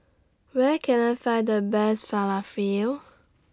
Where Can I Find The Best Falafel